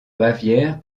bavière